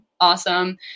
Awesome